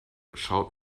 schaut